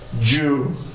Jew